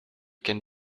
can